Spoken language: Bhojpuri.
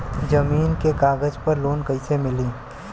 जमीन के कागज पर लोन कइसे मिली?